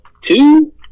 two